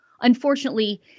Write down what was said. Unfortunately